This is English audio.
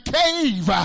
cave